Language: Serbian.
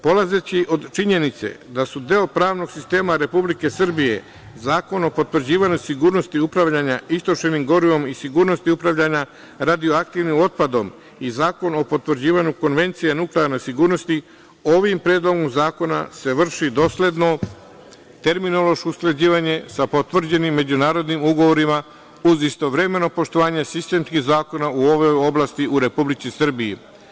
Polazeći od činjenice da su deo pravnog sistema Republike Srbije Zakon o potvrđivanju sigurnosti upravljanja istrošenim gorivom i sigurnosti upravljanja radioaktivnim otpadom i Zakon o potvrđivanju Konvencije o nuklearnoj sigurnosti, ovim Predlogom zakona se vrši dosledno terminološko usklađivanje sa potvrđenim međunarodnim ugovorima, uz istovremeno poštovanje sistemskih zakona u ovoj oblasti u Republici Srbiji.